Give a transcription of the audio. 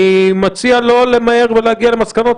אני מציע לא למהר ולהגיע למסקנות,